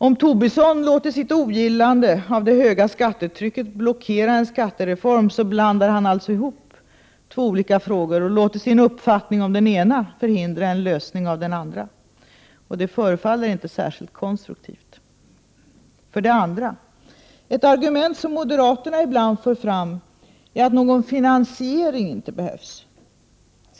Om Lars Tobisson låter sitt ogillande av det höga skattetrycket blockera en skattereform, blandar han alltså ihop två olika frågor och låter sin uppfattning om den ena förhindra en lösning av den andra. Det förefaller inte särskilt konstruktivt. För det andra: Ett argument, som moderaterna ibland för fram, är att någon finansiering inte behövs.